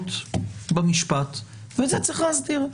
בזכויות במשפט ואת זה צריך להסדיר.